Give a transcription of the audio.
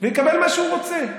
ויקבל מה שהוא רוצה.